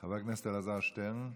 חבר הכנסת אלעזר שטרן.